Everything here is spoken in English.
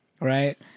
right